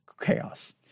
Chaos